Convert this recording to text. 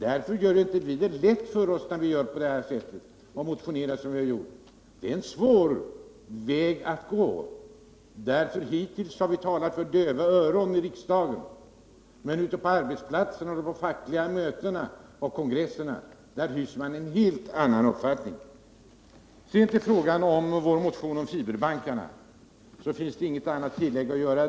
Därför gör vid det inte lätt för oss när vi Nr 158 motionerar som vi har gjort. Det är en svår väg att gå, därför att vi hittills har Onsdagen den talat för döva öron i riksdagen. Men ute på arbetsplatserna, på de fackliga 31 maj 1978 mötena och på kongresserna hyser man en helt annan uppfattning. När det gäller vår motion om fiberbankarna finns inget annat tillägg att göra.